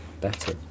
better